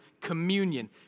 communion